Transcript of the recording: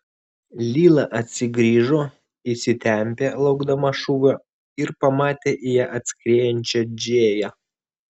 lila atsigrįžo įsitempė laukdama šūvio ir pamatė į ją atskriejančią džėją